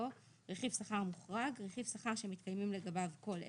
"רכיב שכר מוחרג" רכיב שכר שמתקיימים לגביו כל אלה: